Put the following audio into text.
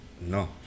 No